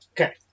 Okay